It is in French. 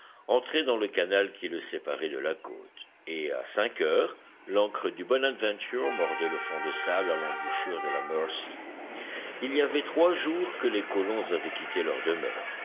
entrait dans le canal qui le séparait de la côte et à cinq heures l'ancre du bonadventure mordait le fond de sable à l'embouchure de la mercy il y avait trois jours que les colons avaient quitté leur demeure